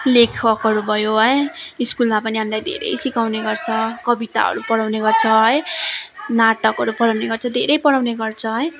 लेखकहरू भयो है स्कुलमा पनि हामीलाई धेरै सिकाउने गर्छ कविताहरू पढाउने गर्छ है नाटकहरू पढाउने गर्छ है धेरै पढाउने गर्छ है